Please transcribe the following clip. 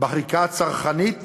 בחקיקה הצרכנית